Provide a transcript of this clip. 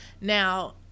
Now